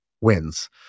wins